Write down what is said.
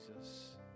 Jesus